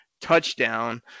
touchdown